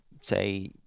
say